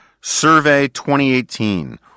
survey2018